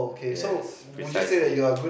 yes precisely